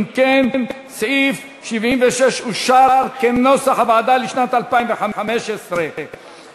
אם כן, סעיף 76 לשנת 2015 אושר, כנוסח הוועדה.